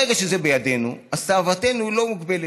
ברגע שזה בידינו, אז תאוותנו לא מוגבלת.